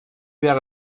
wäre